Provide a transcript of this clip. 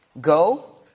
Go